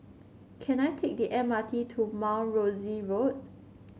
can I take the M R T to Mount Rosie Road